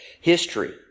History